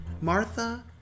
Martha